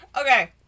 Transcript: Okay